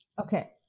Okay